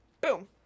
boom